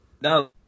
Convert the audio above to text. no